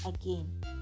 again